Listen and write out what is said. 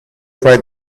fry